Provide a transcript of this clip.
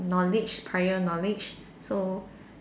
knowledge prior knowledge so